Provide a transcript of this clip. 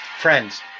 Friends